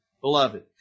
beloved